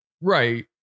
Right